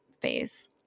phase